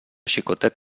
xicotet